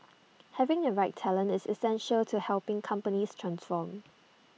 having the right talent is essential to helping companies transform